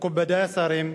מכובדי השרים,